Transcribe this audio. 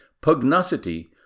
Pugnacity